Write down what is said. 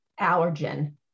allergen